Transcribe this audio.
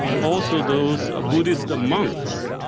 also those ah buddhist monks,